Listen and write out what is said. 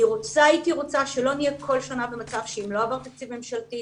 הייתי רוצה שלא נהיה כל שנה במצב שאם לא עבר תקציב ממשלתי,